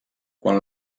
quan